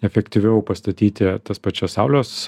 efektyviau pastatyti tas pačias saulės